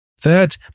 Third